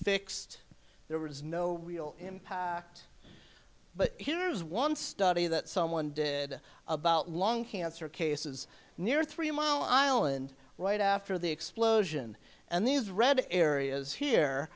fixed there was no real impact but here's one study that someone did about lung cancer cases near three mile island right after the explosion and these red areas here